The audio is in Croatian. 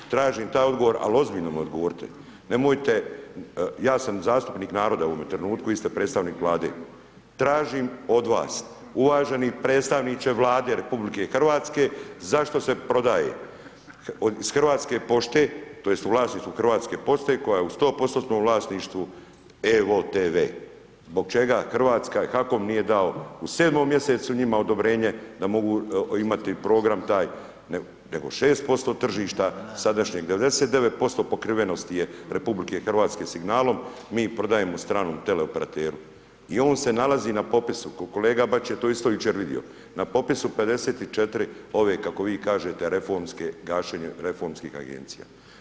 Tražim taj odgovor, al, ozbiljno mi odgovoriti, nemojte, ja sam zastupnik naroda u ovom trenutku, vi ste predstavnik Vlade, tražim od vas uvaženi predstavniče Vlade RH zašto se prodaje, iz Hrvatske pošte tj. u vlasništvu Hrvatske pošte koja je 100%-tnom vlasništvu evo-tv, zbog čega RH, HAKOM nije dao u 7.-mom mjesecu njima odobrenje da mogu imati program taj, nego 6% tržišta, sadašnjeg 99% pokrivenosti je RH signalom, mi prodajemo stranom teleoperateru i on se nalazi na popisu, kolega Bačić je to isto jučer vidio, na popisu 54 ove, kako vi kažete reformske, gašenje reformskih Agencija.